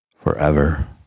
forever